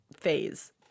phase